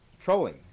trolling